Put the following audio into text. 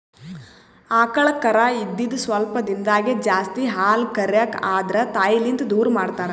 ಆಕಳ್ ಕರಾ ಇದ್ದಿದ್ ಸ್ವಲ್ಪ್ ದಿಂದಾಗೇ ಜಾಸ್ತಿ ಹಾಲ್ ಕರ್ಯಕ್ ಆದ್ರ ತಾಯಿಲಿಂತ್ ದೂರ್ ಮಾಡ್ತಾರ್